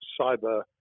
cyber